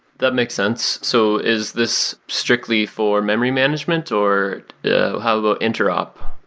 that makes sense. so is this strictly for memory management or how about interopt?